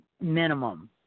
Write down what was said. minimum